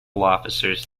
officers